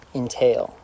entail